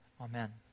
Amen